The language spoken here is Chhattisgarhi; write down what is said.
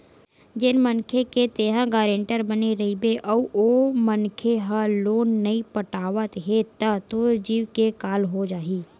जेन मनखे के तेंहा गारेंटर बने रहिबे अउ ओ मनखे ह लोन नइ पटावत हे त तोर जींव के काल हो जाही